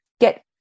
get